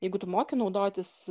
jeigu tu moki naudotis